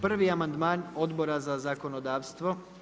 Prvi amandman Odbora za zakonodavstvo.